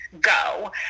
go